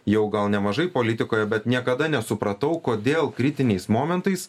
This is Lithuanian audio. jau gal nemažai politikoje bet niekada nesupratau kodėl kritiniais momentais